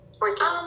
Working